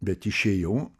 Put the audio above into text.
bet išėjau